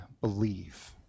believe